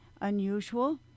unusual